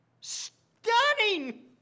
Stunning